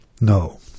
No